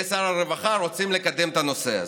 ושר הרווחה רוצים לקדם את הנושא הזה.